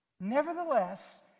nevertheless